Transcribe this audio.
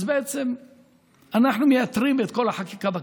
בעצם אנחנו מייתרים את כל החקיקה בכנסת.